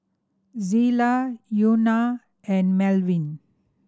Zillah Euna and Melvin